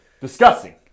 disgusting